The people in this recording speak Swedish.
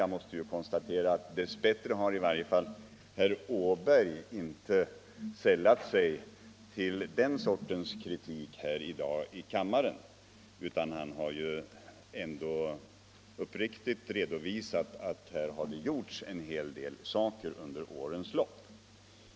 Jag måste konstatera att dess bättre har i varje fall herr Åberg inte sällat sig till den sortens kritiker här i kammaren; han har ändå uppriktigt redovisat att här har gjorts en hel del under årens lopp.